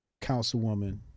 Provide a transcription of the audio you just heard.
councilwoman